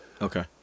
Okay